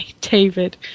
David